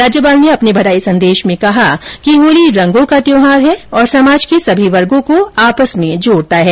राज्यपाल ने अपने बघाई संदेश में कहा कि होली रंगों का त्यौहार है और समाज के सभी वर्गो को आपस में जोडता है